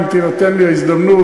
אם תינתן לי ההזדמנות,